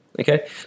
Okay